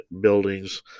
buildings